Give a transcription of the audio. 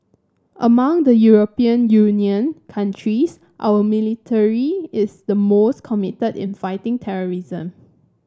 among the European Union countries our military is the most committed in fighting terrorism